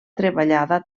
treballada